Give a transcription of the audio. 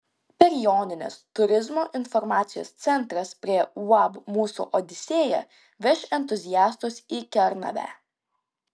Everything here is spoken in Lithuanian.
per jonines turizmo informacijos centras prie uab mūsų odisėja veš entuziastus į kernavę